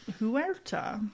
huerta